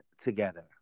together